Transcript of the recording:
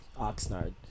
Oxnard